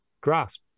grasp